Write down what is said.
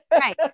right